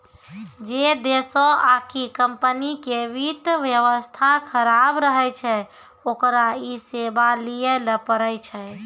जै देशो आकि कम्पनी के वित्त व्यवस्था खराब रहै छै ओकरा इ सेबा लैये ल पड़ै छै